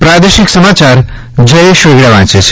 પ્રાદેશિક સમાચાર જયેશ વેગડા વાંચે છે